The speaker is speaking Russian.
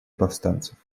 повстанцев